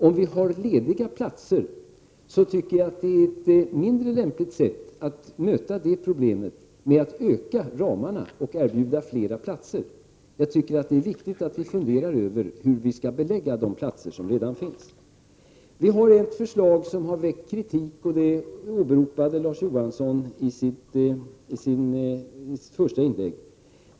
Om det finns lediga platser till en utbildning är det ett mindre lämpligt sätt att möta det problemet med att öka ramarna och erbjuda fler platser. Det är viktigare att fundera över hur vi skall kunna belägga de platser som redan finns. Vi har lagt fram ett förslag som har väckt kritik, och detta förslag åberopade Larz Johansson i sitt första inlägg.